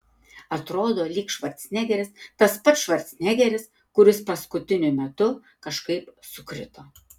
atrodo lyg švarcnegeris tas pats švarcnegeris kuris paskutiniu metu kažkaip sukrito